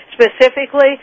specifically